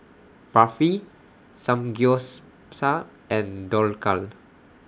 Barfi Samgyeopsal and Dhokla